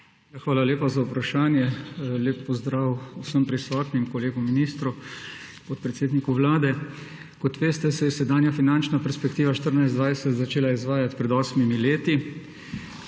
Hvala lepa za vprašanje. Lep pozdrav vsem prisotnim, kolegu ministru, podpredsedniku Vlade! Kot veste, se je sedanja finančna perspektiva 2014–2020 začela izvajati pred osmimi leti.